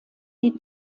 die